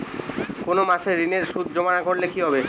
কোনো মাসে ঋণের সুদ জমা না করলে কি হবে?